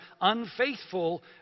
unfaithful